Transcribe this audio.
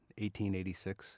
1886